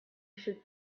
should